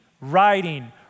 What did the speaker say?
writing